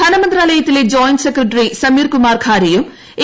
ധനമന്ത്രാലയത്തിലെ joint secretary Sameer Kumar ഖാരെയും A